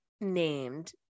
named